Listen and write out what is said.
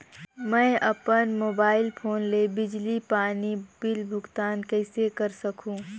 मैं अपन mobile phone ले बिजली पानी बिल भुगतान कइसे कर सकहुं?